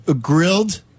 grilled